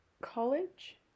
college